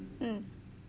mm